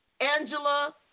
Angela